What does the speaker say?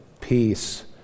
peace